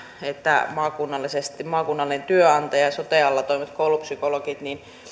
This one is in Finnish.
että on maakunnallinen työnantaja soten alla toimivat koulupsykologit